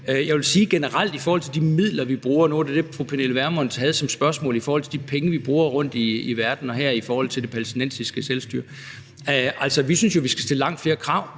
Jeg vil sige generelt i forhold til de midler, vi bruger – nu var det det, fru Pernille Vermund havde som spørgsmål i forhold til de penge, vi bruger rundtom i verden, og her i forhold til det palæstinensiske selvstyre: Altså, vi synes jo, vi skal stille langt flere krav,